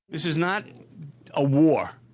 this is not a war,